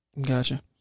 Gotcha